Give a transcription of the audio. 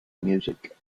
music